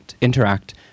interact